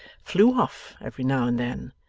flew off every now and then,